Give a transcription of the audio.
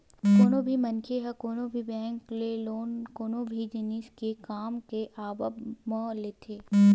कोनो भी मनखे ह कोनो भी बेंक ले लोन कोनो भी जिनिस के काम के आवब म लेथे